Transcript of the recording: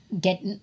get